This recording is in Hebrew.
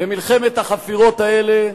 ומלחמת החפירות הזאת,